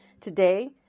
today